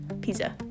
Pizza